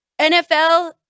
NFL